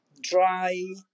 dry